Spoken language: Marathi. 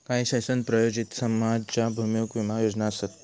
काही शासन प्रायोजित समाजाभिमुख विमा योजना आसत